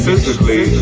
Physically